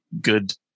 good